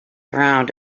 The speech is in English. around